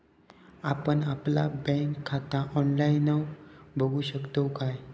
आपण आपला बँक खाता ऑनलाइनव खोलू शकतव काय?